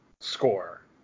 score